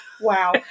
wow